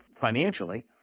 financially